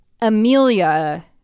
Amelia